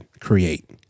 create